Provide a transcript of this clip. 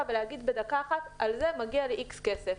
ויכולה להגיד בדקה אחת: על זה מגיע ל-X כסף.